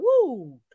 woo